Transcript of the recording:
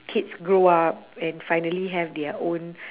kids grow up and finally have their own